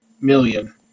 million